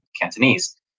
Cantonese